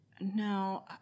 no